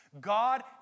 God